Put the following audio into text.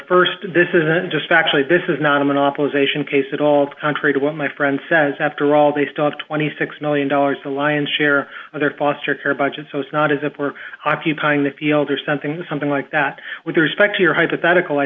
honor st this isn't just factually this is not a monopolization case at all contrary to what my friend says after all they still have twenty six million dollars a lion's share of their foster care budget so it's not as if we're occupying the field or something something like that with respect to your hypothetical i